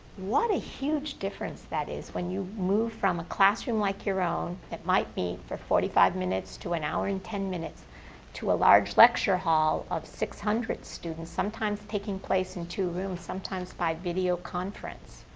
what a huge difference that is when you move from a classroom like your own that might meet for forty five minutes to an hour and ten minutes to a large lecture hall of six hundred students sometimes taking place in two rooms and sometimes by videoconference.